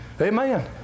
Amen